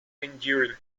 enduring